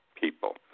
people